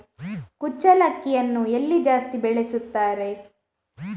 ಕುಚ್ಚಲಕ್ಕಿಯನ್ನು ಎಲ್ಲಿ ಜಾಸ್ತಿ ಬೆಳೆಸುತ್ತಾರೆ?